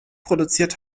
produziert